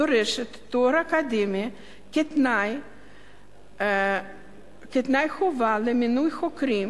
הדורשת תואר אקדמי כתנאי חובה למינוי חוקרים